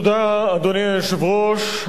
אדוני היושב-ראש,